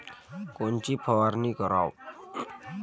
कोनची फवारणी कराव?